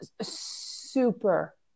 super